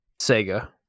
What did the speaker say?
Sega